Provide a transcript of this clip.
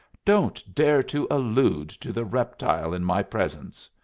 don't dare to allude to the reptile in my presence.